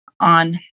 on